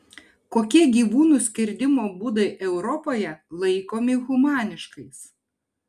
kokie gyvūnų skerdimo būdai europoje laikomi humaniškais